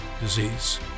disease